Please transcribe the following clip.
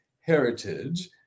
heritage